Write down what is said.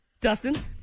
Dustin